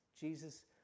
Jesus